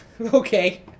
Okay